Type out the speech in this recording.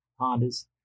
Hondas